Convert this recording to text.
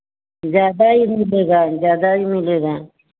ज़्यादा ही रुबेगा ज़्यादा ही रुबेगा